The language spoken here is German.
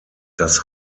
das